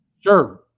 sure